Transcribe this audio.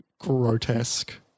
grotesque